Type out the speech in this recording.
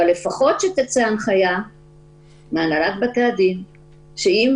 אבל לפחות שתצא הנחייה מהנהלת בתי הדין שאם